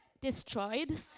destroyed